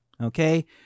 Okay